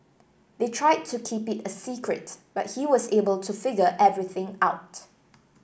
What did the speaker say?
they tried to keep it a secret but he was able to figure everything out